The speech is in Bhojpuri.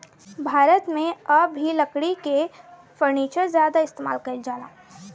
भारत मे आ भी लकड़ी के फर्नीचर ज्यादा इस्तेमाल कईल जाला